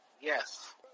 Yes